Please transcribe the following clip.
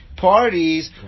Parties